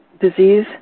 disease